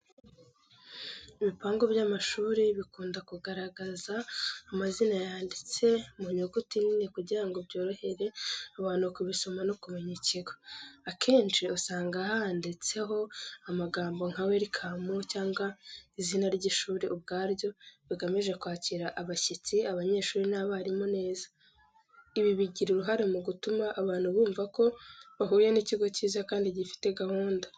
Ibipangu by’amashuri bikunda kugaragaza amazina yanditse mu nyuguti nini kugira ngo byorohere abantu kubisoma no kumenya ikigo. Akenshi usanga handitseho amagambo nka “WELCOME” cyangwa izina ry’ishuri ubwaryo, bigamije kwakira abashyitsi, abanyeshuri n’abarimu neza. Ibi bigira uruhare mu gutuma abantu bumva ko bahuye n’ikigo cyiza kandi gifite gahunda.